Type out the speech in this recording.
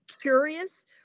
curious